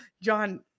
John